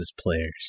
players